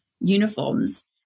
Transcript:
uniforms